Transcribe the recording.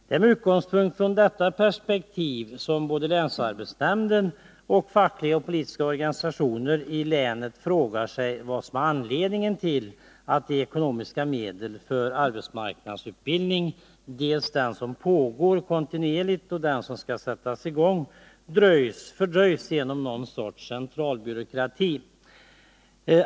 Det är med utgångspunkt i detta perspektiv som både länsarbetsnämnden och fackliga och politiska organisationer i länet frågar sig vad som är anledningen till att ekonomiska medel för arbetsmarknadsutbildning, dels den som pågår kontinuerligt, dels den som skall sättas i gång, fördröjs genom någon sorts centralbyråkrati.